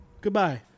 Goodbye